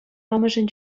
амӑшӗн